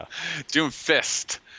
Doomfist